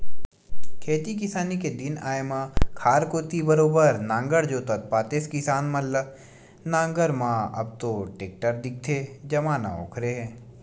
खेती किसानी के दिन आय म खार कोती बरोबर नांगर जोतत पातेस किसान मन ल नांगर म अब तो टेक्टर दिखथे जमाना ओखरे हे